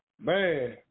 man